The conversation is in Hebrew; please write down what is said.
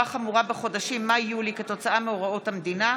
חמורה בחודשים מאי יולי כתוצאה מהוראות המדינה,